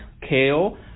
kale